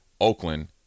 Oakland